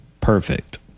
perfect